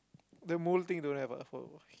the mole thing don't have ah for